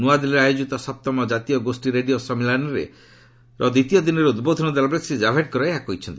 ନୃଆଦିଲ୍ଲୀରେ ଆୟୋଜିତ ସପ୍ତମ ଜାତୀୟ ଗୋଷୀ ରେଡିଓ ସମ୍ମେଳନର ଦ୍ୱିତୀୟ ଦିନରେ ଉଦ୍ବୋଧନ ଦେଲାବେଳେ ଶ୍ରୀ ଜାଭଡେକର ଏହା କହିଛନ୍ତି